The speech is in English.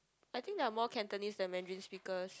I think there are more Cantonese than Mandarin speakers